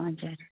हजुर